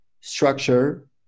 structure